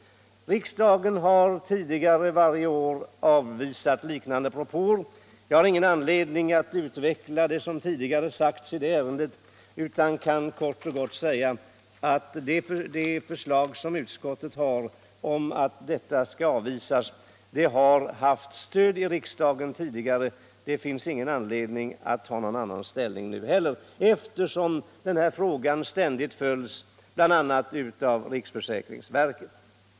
Riksdagen har tidigare varje år avvisat liknande propåer. Jag har ingen anledning att utveckla det som tidigare sagts i det ärendet, utan jag kan kort och gott säga att utskottets förslag att denna begäran skall avvisas har haft stöd i riksdagen tidigare. Det finns ingen anledning att ta någon annan ställning nu heller, eftersom den här frågan ständigt följs, bl.a. av riksförsäkringsverket.